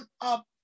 up